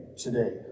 today